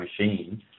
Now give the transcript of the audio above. machine